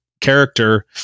character